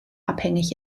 abhängig